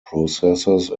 processes